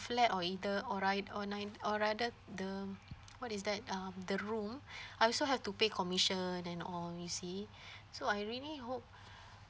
flat or either or right or ni~ or rather the what is that um the room I also have to pay commission and all you see so I really hope